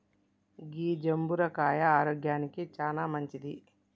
గీ జంబుర కాయ ఆరోగ్యానికి చానా మంచింది